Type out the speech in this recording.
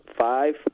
five